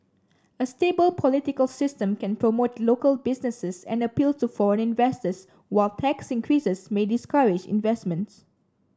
a stable political system can promote local businesses and appeal to foreign investors while tax increases may discourage investments